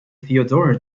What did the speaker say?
theodora